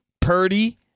Purdy